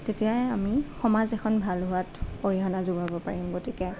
তেতিয়াই আমি সমাজ এখন ভাল হোৱাত অৰিহণা যোগাব পাৰিম গতিকে